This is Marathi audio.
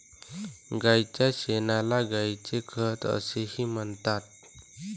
गायीच्या शेणाला गायीचे खत असेही म्हणतात